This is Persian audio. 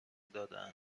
دادهاند